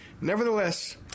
Nevertheless